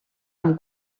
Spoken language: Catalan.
amb